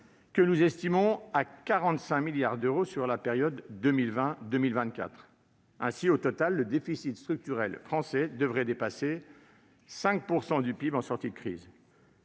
que nous estimons à 45 milliards d'euros sur la période 2020-2024. Au total, le déficit structurel français devrait dépasser 5 % du PIB en sortie de crise.